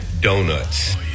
donuts